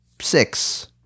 six